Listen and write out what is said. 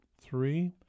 Three